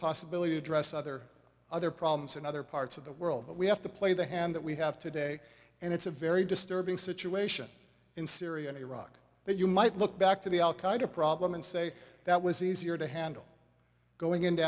possibility to address other other problems in other parts of the world but we have to play the hand that we have today and it's a very disturbing situation in syria and iraq but you might look back to the al qaeda problem and say that was easier to handle going into